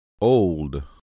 Old